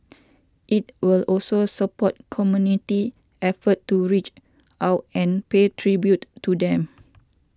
it will also support community efforts to reach out and pay tribute to them